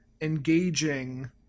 engaging